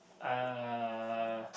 uh